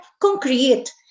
concrete